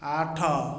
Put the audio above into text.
ଆଠ